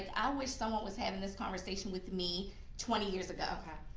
and i wish someone was having this conversation with me twenty years ago.